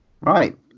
right